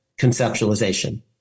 conceptualization